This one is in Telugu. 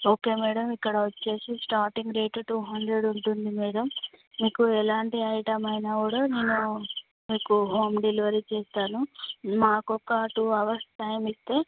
ఓకే మేడం ఇక్కడ వచ్చేసి స్టార్టింగ్ రేటు టూ హండ్రెడ్ ఉంటుంది మేడం మీకు ఎలాంటి ఐటెం అయినా కూడా నేను మీకు హోమ్ డెలివరీ చేస్తాను మాకు ఒక టూ అవర్స్ టైం ఇస్తే